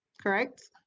correct